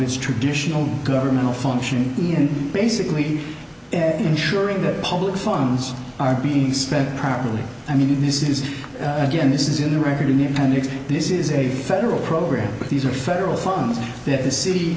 its traditional governmental function in basically ensuring that public funds are being spent properly i mean this is again this is in the record in ten years this is a federal program but these are federal funds that the city